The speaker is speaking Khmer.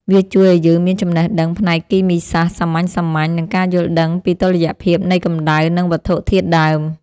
វាជួយឱ្យយើងមានចំណេះដឹងផ្នែកគីមីសាស្ត្រសាមញ្ញៗ និងការយល់ដឹងពីតុល្យភាពនៃកម្ដៅ និងវត្ថុធាតុដើម។